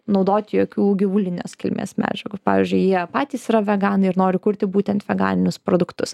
naudoti jokių gyvulinės kilmės medžiagų pavyzdžiui jie patys yra veganai ir nori kurti būtent veganinius produktus